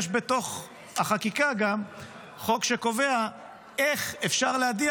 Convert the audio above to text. יש בתוך החקיקה גם חוק שקובע איך אפשר להדיח